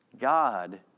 God